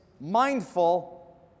Mindful